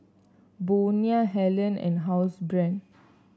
Bonia Helen and Housebrand